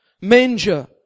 manger